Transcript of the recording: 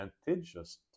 advantageous